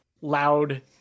loud